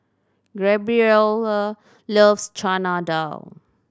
Gabriella loves Chana Dal